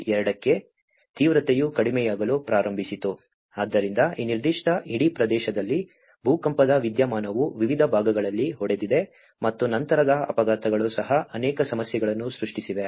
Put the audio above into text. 2 ಕ್ಕೆ ತೀವ್ರತೆಯು ಕಡಿಮೆಯಾಗಲು ಪ್ರಾರಂಭಿಸಿತು ಆದ್ದರಿಂದ ಈ ನಿರ್ದಿಷ್ಟ ಇಡೀ ದೇಶದಲ್ಲಿ ಭೂಕಂಪದ ವಿದ್ಯಮಾನವು ವಿವಿಧ ಭಾಗಗಳಲ್ಲಿ ಹೊಡೆದಿದೆ ಮತ್ತು ನಂತರದ ಆಘಾತಗಳು ಸಹ ಅನೇಕ ಸಮಸ್ಯೆಗಳನ್ನು ಸೃಷ್ಟಿಸಿವೆ